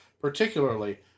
particularly